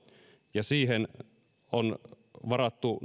ja siihen on varattu